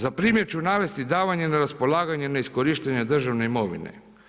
Za primjer ću navesti davanje na raspolaganje neiskorištene državne imovine.